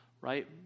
right